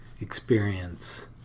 experience